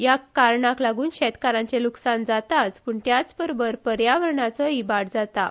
ह्या कारणांक लागुन शेतकारांचे लुकसाण जाताच पुण त्याचवांगडा पर्यावरणाचोय इबाड जाता